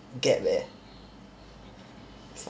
gap leh